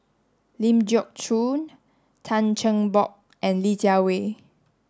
Ling Geok Choon Tan Cheng Bock and Li Jiawei